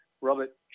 Robert